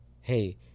hey